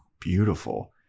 beautiful